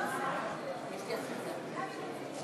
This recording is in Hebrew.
חוק המכר (דירות) (הבטחת השקעות של רוכשי דירות)